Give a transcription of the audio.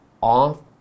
off